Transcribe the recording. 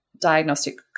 diagnostic